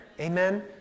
Amen